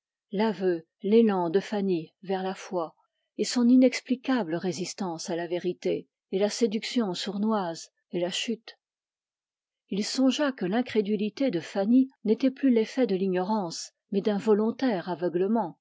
l'aveu l'élan de fanny vers la foi son inexplicable résistance à la vérité la séduction sournoise et la chute il songea que l'incrédulité de fanny n'était plus l'effet de l'ignorance mais d'un volontaire aveuglement